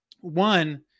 One